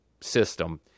system